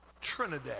Trinidad